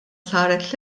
saret